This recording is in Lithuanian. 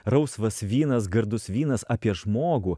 rausvas vynas gardus vynas apie žmogų